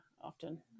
often